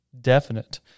definite